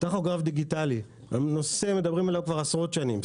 טכוגרף דיגיטלי נושא שמדברים עליו כבר עשרות שנים.